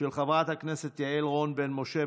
של חברת הכנסת יעל רון בן משה,